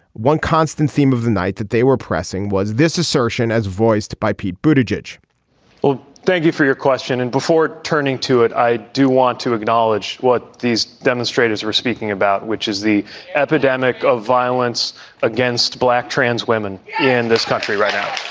one constant theme of the night that they were pressing was this assertion as voiced by pete boudin which well thank you for your question and before turning to it i do want to acknowledge what these demonstrators were speaking about which is the epidemic of violence against black trans women in this country right now